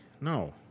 No